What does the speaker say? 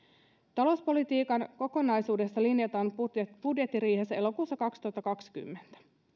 talouspolitiikan kokonaisuudesta linjataan budjettiriihessä elokuussa kaksituhattakaksikymmentä